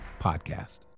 podcast